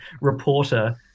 reporter